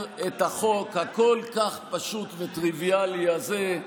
את החוק הכל-כך פשוט וטריוויאלי הזה,